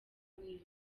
wiyongera